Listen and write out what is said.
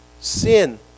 sin